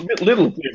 little